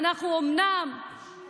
נמצאים